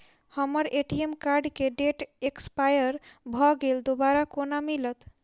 हम्मर ATM card केँ date expire भऽ गेल दोबारा कोना मिलत?